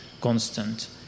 constant